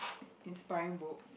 inspiring book